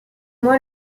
moi